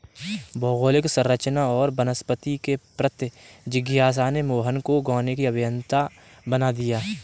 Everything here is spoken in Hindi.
भौगोलिक संरचना और वनस्पति के प्रति जिज्ञासा ने मोहन को गाने की अभियंता बना दिया